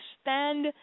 stand